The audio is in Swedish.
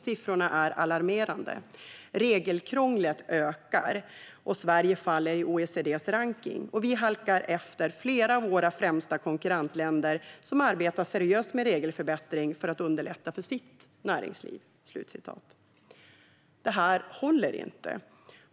Siffrorna är alarmerande. Regelkrånglet ökar, Sverige faller i OECD:s rankning och vi halkar efter flera av våra främsta konkurrentländer som arbetar seriöst med regelförbättring för att underlätta för sitt näringsliv. Detta håller inte.